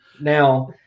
Now